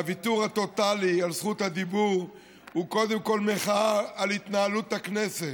והוויתור הטוטאלי על זכות הדיבור הוא קודם כול מחאה על התנהלות הכנסת,